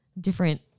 different